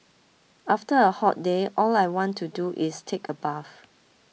after a hot day all I want to do is take a bath